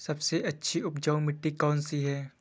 सबसे अच्छी उपजाऊ मिट्टी कौन सी है?